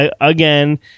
again